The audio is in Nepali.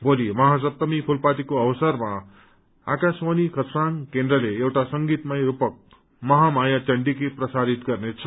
भोली महासप्तमी फूलपातीको अवसरमा आकाशवाणी खरसाङ केन्द्रले एउटा संगीतमाय रूपम महामाया चण्डीके प्रशारित गर्ने छ